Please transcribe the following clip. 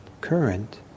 current